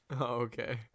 Okay